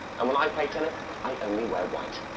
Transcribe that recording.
and, when i play tennis, i only wear white.